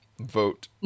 vote